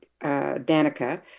Danica